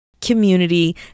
community